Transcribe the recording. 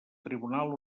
tribunal